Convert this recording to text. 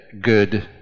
good